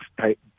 type